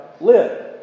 live